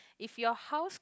if your house